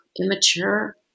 immature